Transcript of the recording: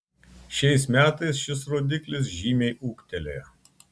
šiais metais šis rodiklis žymiai ūgtelėjo